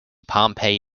pompey